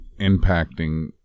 impacting